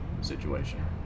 situation